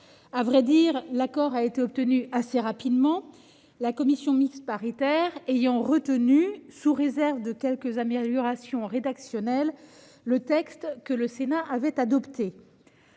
conversion. L'accord a été obtenu assez rapidement, la commission mixte paritaire ayant retenu, sous réserve de quelques améliorations rédactionnelles, le texte que le Sénat avait adopté.